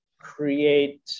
create